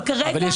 אבל יש בקרה.